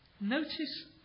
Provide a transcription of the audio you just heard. Notice